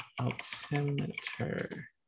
altimeter